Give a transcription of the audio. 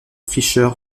fischer